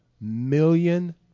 million